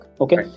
Okay